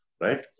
right